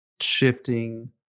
shifting